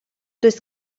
does